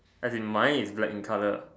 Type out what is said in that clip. as in mine is black in colour